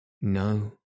No